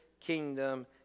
kingdom